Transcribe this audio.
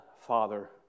father